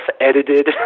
edited